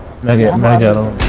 mia amato